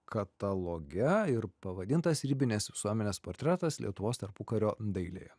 kataloge ir pavadintas ribinės visuomenės portretas lietuvos tarpukario dailėje